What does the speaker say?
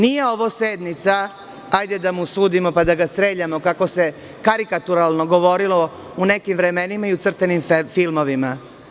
Nije ovo sednica hajde da mu sudimo, pa da ga streljamo, kako se karikaturalno govorilo u nekim vremenima i u crtanim filmovima.